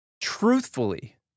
truthfully